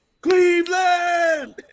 Cleveland